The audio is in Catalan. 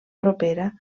propera